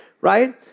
right